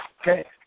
Okay